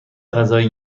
غذای